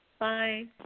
-bye